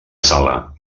sala